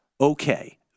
Okay